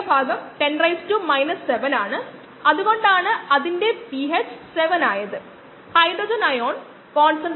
സബ്സ്ട്രേറ്റ്ന്റെയും ഉൽപ്പന്നങ്ങളുടെയും സാന്ദ്രത offline അളക്കുന്നതിന് സ്പെക്ട്രോസ്കോപ്പിക് രീതികൾ ഉപയോഗിക്കാം